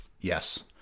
Yes